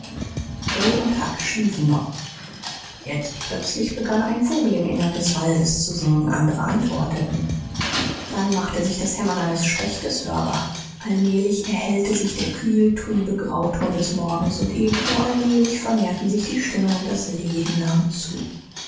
joe und huck schliefen noch jetzt plötzlich begann ein vogel im innern des waldes zu singen andere antworteten dann machte sich das hämmern eines spechtes hörbar allmählich erhellte sich der kühl trübe grauton des morgens und ebenso allmählich vermehrten sich die stimmen und das leben nahm zu